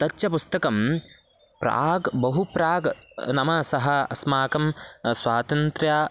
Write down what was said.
तच्च पुस्तकं प्राक् बहु प्राग् नाम सः अस्माकं स्वातन्त्र्यात्